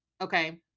Okay